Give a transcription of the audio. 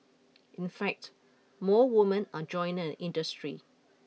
in fact more women are joining the industry